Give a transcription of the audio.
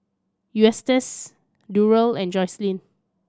Eustace Durell and Joselyn